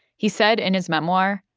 he said in his memoir,